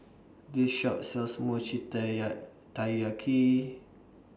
This Shop sells Mochi Taiyaki